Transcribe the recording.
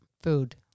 Food